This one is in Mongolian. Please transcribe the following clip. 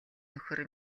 нөхөр